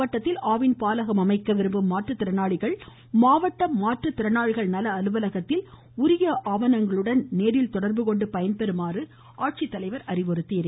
நாமக்கல் மாவட்டத்தில் ஆவின் பாலகம் அமைக்க விரும்பும் மாற்றுத்திறனாளிகள் மாவட்ட மாற்றுத்திறனாளிகள் நல அலுவலகத்தில் உரிய ஆவணங்களுடன் நேரில் தொடர்புகொண்டு பயன்பெறுமாறு ஆட்சித்தலைவர் அறிவுறுத்தியுள்ளார்